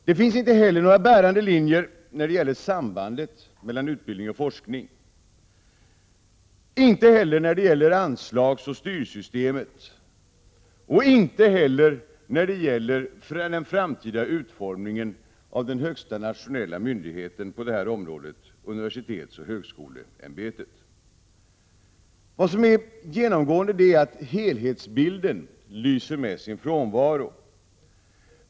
Det finns inte heller några bärande linjer när det gäller sambandet mellan utbildning och forskning, inte heller när det gäller anslagsoch styrsystemet och inte heller när det gäller den framtida utformningen av den högsta nationella myndigheten på detta område — universitetsoch högskoleämbetet. Genomgående är att helhetsbilden lyser med sin frånvaro.